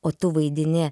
o tu vaidini